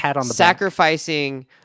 sacrificing